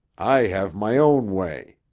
i have my own way.